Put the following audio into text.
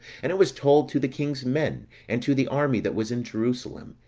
and it was told to the king's men, and to the army that was in jerusalem,